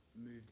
moved